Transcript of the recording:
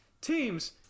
teams